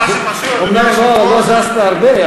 אומנם לא זזת הרבה,